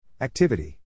Activity